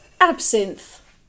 absinthe